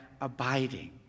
abiding